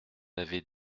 avez